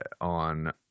on